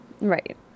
Right